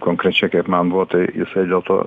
konkrečiai kaip man buvo tai jisai dėl to